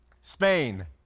Spain